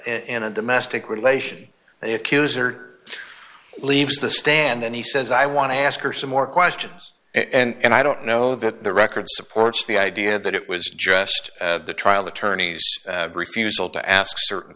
in a domestic relation the accuser leaves the stand then he says i want to ask her some more questions and i don't know that the record supports the idea that it was just the trial attorneys refusal to ask certain